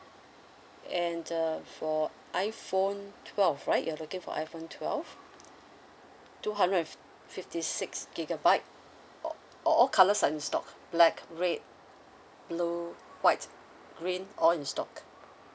and uh for iphone twelve right you're looking for iphone twelve two hundred and fifty six gigabyte all all colours are in stock black red blue white green all in stock